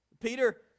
peter